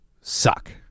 suck